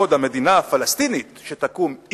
בעוד המדינה הפלסטינית שתקום,